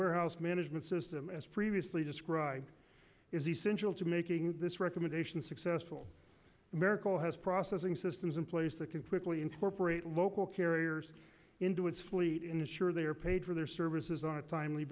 warehouse management system as previously described is essential to making this recommendation successful miracle has processing systems in place that can quickly incorporate local carriers into its fleet ensure they are paid for their services on a timely